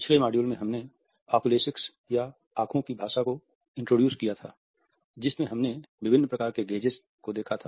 पिछले मॉड्यूल में हमने ओकुलेसिक्स को देखा था